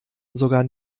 sogar